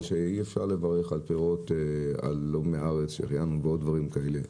שאי אפשר לברך על פירות שלא מהארץ שהחיינו ועוד דברים כאלה,